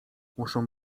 muszą